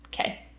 Okay